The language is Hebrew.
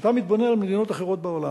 כשאתה מתבונן על מדינות אחרות בעולם,